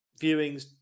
Viewings